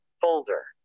folder